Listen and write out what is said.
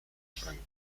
franco